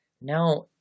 Now